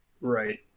Right